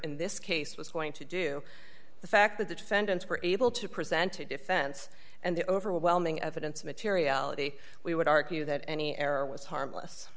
in this case was going to do the fact that the defendants were able to present a defense and the overwhelming evidence materiality we would argue that any error was harmless